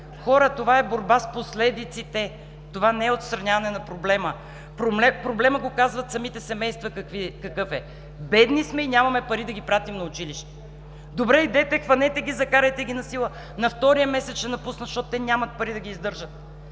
Хора, това е борба с последиците! Това не е отстраняване на проблема. Самите семейства казват какъв е проблемът: „бедни сме и нямаме пари да ги пратим на училище.“ Добре, идете, хванете ги, закарайте ги насила, но втория месец ще напуснат, защото те нямат пари да ги издържат.